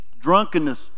drunkenness